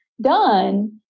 done